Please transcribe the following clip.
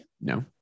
No